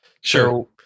Sure